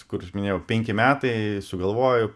kur minėjau penki metai sugalvoju